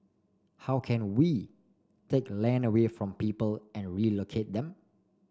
how can we take land away from people and relocate them